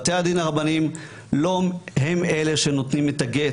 בתי הדין הרבניים הם לא אלה שנותנים את הגט,